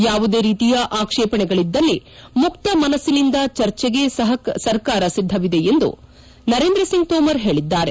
ಯಾವುದೇ ರೀತಿಯ ಆಕ್ಷೇಪಣೆಗಳಿದ್ದಲ್ಲಿ ಮುಕ್ತ ಮನಸ್ಸಿನಿಂದ ಚರ್ಚೆಗೆ ಸರ್ಕಾರ ಸಿದ್ದವಿದೆ ಎಂದು ನರೇಂದ್ರ ಸಿಂಗ್ ತೋಮರ್ ಹೇಳಿದರು